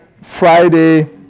Friday